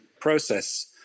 process